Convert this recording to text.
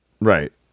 Right